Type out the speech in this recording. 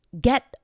get